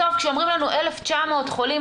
בסוף כשאומרים לנו 1,900 חולים,